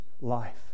life